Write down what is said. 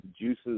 juices